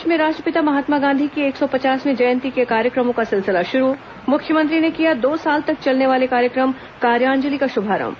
प्रदेश में राष्ट्रपिता महात्मा गांधी की एक सौ पचासवीं जयंती के कार्यक्रमों का सिलसिला शुरू मुख्यमंत्री ने किया दो साल तक चलने वाले कार्यक्रम कार्यांजलि का शुभारंभ